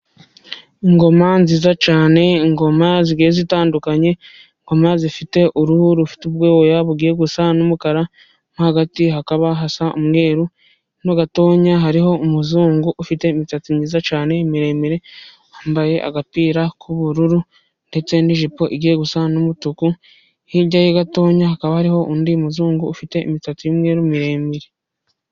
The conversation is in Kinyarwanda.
Ingoma nziza cyane ingoma zitandukanye ingoma zifite uruhu rufite ubwoya bugiye gusa n'umukara nko hagati hakaba hasa umweru hirya gato hariho umuzungu ufite imisatsi myiza cyane miremire wambaye agapira k'ubururu ndetse n'ijipo igiye gusa n'umutuku hirya ye gato hakaba hariho undi muzungu ufite imitatsi y'umweru miremire.